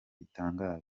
bitangaje